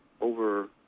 over